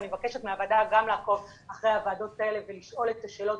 ואני מבקשת מהוועדה גם לעקוב אחרי הוועדות האלה ולשאול את השאלות